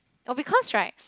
oh because right